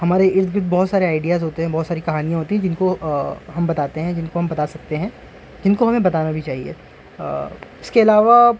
ہمارے ارد گرد بہت سارے آئیڈیاز ہوتے ہیں بہت ساری کہانیاں ہوتی ہیں جن کو ہم بتاتے ہیں جن کو ہم بتا سکتے ہیں جن کو ہمیں بتانا بھی چاہیے اس کے علاوہ